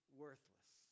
worthless